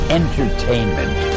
entertainment